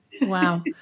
wow